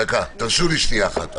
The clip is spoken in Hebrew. תרשו לי שנייה אחת.